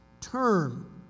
term